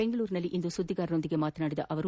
ಬೆಂಗಳೂರಿನಲ್ಲಿಂದು ಸುದ್ದಿಗಾರರೊಂದಿಗೆ ಮಾತನಾಡಿದ ಅವರು